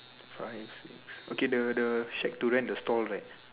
five six okay the the shack to rent the store right